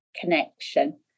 connection